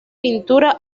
pintura